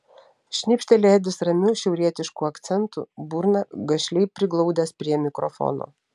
šnipšteli edis ramiu šiaurietišku akcentu burną gašliai priglaudęs prie mikrofono